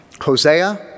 Hosea